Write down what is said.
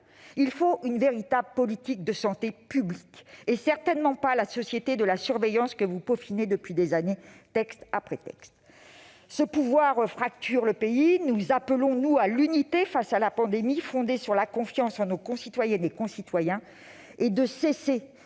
il faut une véritable politique de santé publique et certainement pas la société de la surveillance que vous peaufinez depuis des années, texte après texte. Ce pouvoir fracture le pays. Nous appelons, quant à nous, à l'unité face à la pandémie- unité fondée sur la confiance en nos concitoyennes et nos concitoyens -et à cesser de